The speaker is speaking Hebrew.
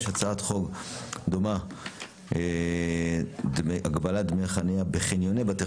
הצעת חוק דומה הגבלת דמי חניה בחניוני בתי